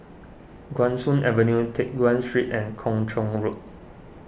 Guan Soon Avenue Teck Guan Street and Kung Chong Road